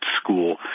school